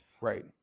Right